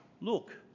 look